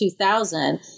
2000